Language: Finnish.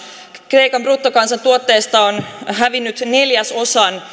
kreikan bruttokansantuotteesta on hävinnyt neljäsosa